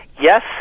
Yes